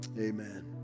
Amen